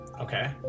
Okay